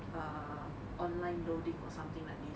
err online loading or something like this